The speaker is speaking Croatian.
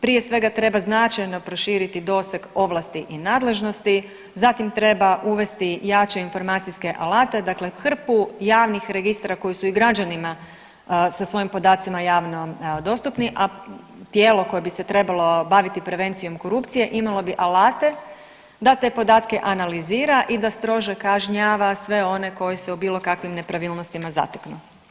Prije svega treba značajno proširiti doseg ovlasti i nadležnosti, zatim treba uvesti jače informacijske alate, dakle hrpu javnih registara koji su i građanima sa svojim podacima javno dostupni, a tijelo koje bi se trebalo baviti prevencijom korupcije imalo bi alate da te podatke analizira i da strože kažnjava sve one koji se u bilo kakvim nepravilnostima zateknu.